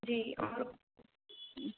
जी